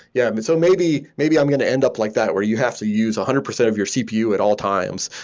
yeah but so maybe maybe i'm going to end up like that, where you have to use one hundred percent of your cpu at all times.